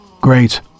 Great